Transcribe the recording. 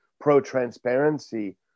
pro-transparency